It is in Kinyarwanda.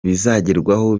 bizagerwaho